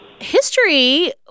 History